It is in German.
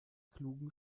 klugen